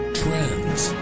trends